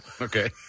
Okay